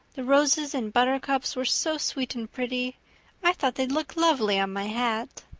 the roses and buttercups were so sweet and pretty i thought they'd look lovely on my hat.